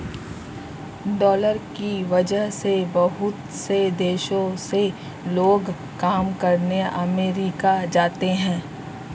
dollar की वजह से बहुत से देशों से लोग काम करने अमरीका जाते हैं